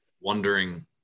wondering